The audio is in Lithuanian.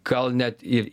gal net ir